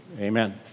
Amen